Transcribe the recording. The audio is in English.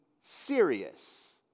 serious